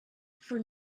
for